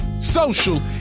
social